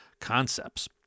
concepts